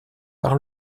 par